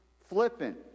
flippant